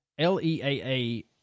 LEAA